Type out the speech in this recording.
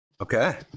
Okay